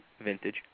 vintage